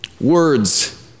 words